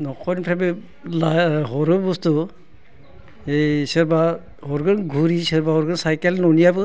न'खरनिफ्रायबो हरो बुस्थु सोरबा हरगोन घरि सोरबा हरगोन साइकेल न'नियाबो